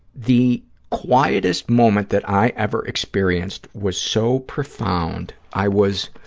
the quietest moment that i ever experienced was so profound. i was,